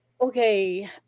okay